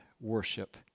worship